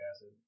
acid